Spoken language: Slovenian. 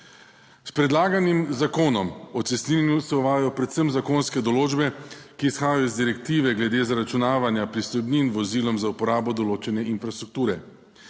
S predlaganim zakonom o cestninjenju se uvajajo predvsem zakonske določbe, ki izhajajo iz direktive glede zaračunavanja pristojbin vozilom za uporabo določene infrastrukture.